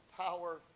power